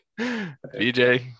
BJ